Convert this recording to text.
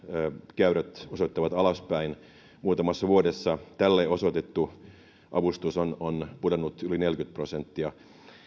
käyrät osoittavat alaspäin muutamassa vuodessa tälle osoitettu avustus on on pudonnut yli neljäkymmentä prosenttia